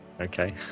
Okay